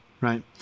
right